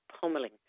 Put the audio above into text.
pummeling